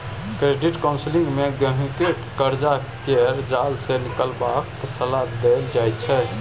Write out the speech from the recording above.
credit counselling मे गहिंकी केँ करजा केर जाल सँ निकलबाक सलाह देल जाइ छै